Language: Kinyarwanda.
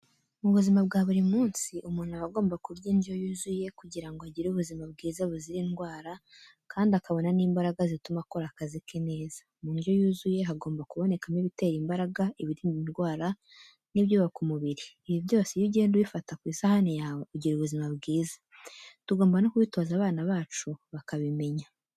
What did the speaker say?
Mu buzima bwa buri munsi, umuntu aba agomba kurya indyo yuzuye kugira ngo agire ubuzima bwiza buzira indwara kandi akabona n'imbaraga zituma akora akazi ke neza. Mu ndyo yuzuye hagomba kubonekamo ibitera imbaraga, ibirinda indwara n'ibyubaka umubiri. Ibi byose iyo ugenda ubifata ku isahani yawe ugira ubuzima bwiza, tugomba no kubitoza abana bacu bakabimenya.